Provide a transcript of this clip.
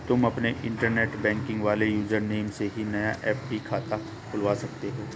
तुम अपने internet banking वाले यूज़र नेम से ही नया एफ.डी खाता खुलवा सकते हो